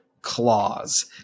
claws